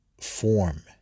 form